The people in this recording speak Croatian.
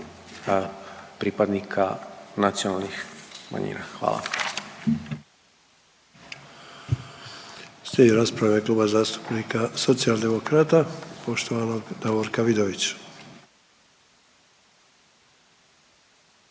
pripadnika nacionalnih manjina, hvala.